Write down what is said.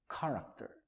character